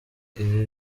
ibi